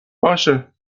باشه